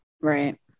Right